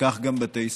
וכך גם בתי ספר.